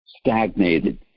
stagnated